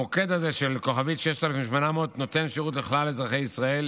מוקד 6800* נותן שירות לכלל אזרחי ישראל